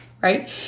Right